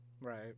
Right